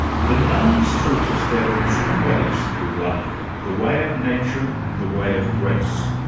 the nuns taught us there were two ways through life, the way of nature and the way of grace.